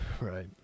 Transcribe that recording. right